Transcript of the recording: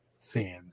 fan